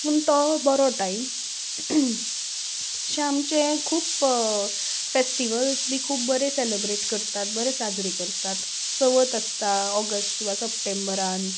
पूण तो बरो टायम अशें आमचे खूब फेस्टिवल्स बी खूब बरे सेलेब्रेट करतात बरे साजरे करतात चवथ आसता ऑगस्ट किंवां सप्टेंबरान